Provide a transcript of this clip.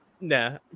nah